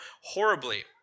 horribly